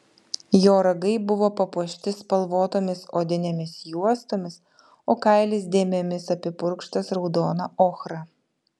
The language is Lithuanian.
jo ragai buvo papuošti spalvotomis odinėmis juostomis o kailis dėmėmis apipurkštas raudona ochra